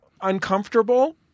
uncomfortable